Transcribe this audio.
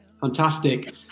Fantastic